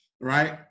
right